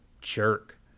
jerk